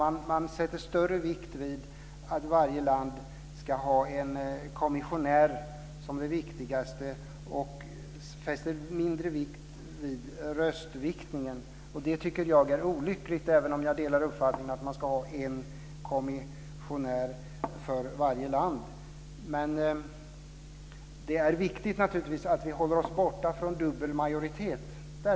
Man fäster större vikt vid att varje land ska ha en kommissionär och mindre vikt vid röstviktningen. Det tycker jag är olyckligt, även om jag delar uppfattningen att man ska ha en kommissionär för varje land. Men det är naturligtvis viktigt att vi håller oss borta från dubbel majoritet.